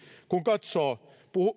kun katson